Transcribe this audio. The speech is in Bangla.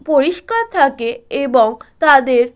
পরিষ্কার থাকে এবং তাদের